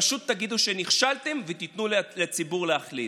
פשוט תגידו שנכשלתם ותיתנו לציבור להחליט.